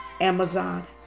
Amazon